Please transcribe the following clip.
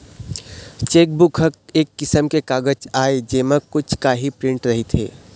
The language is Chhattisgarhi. चेकबूक ह एक किसम के कागज आय जेमा कुछ काही प्रिंट रहिथे